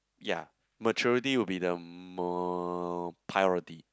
ya maturity will be the more priority